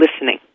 listening